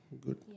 Good